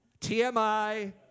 TMI